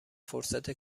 فرصت